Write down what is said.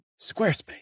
Squarespace